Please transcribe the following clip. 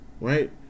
right